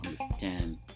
understand